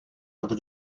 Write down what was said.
over